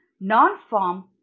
Non-farm